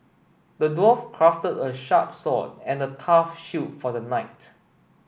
the dwarf crafted a sharp sword and a tough shield for the knight